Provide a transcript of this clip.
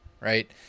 right